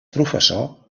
professor